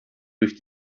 durch